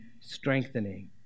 strengthening